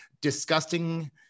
disgusting